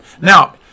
now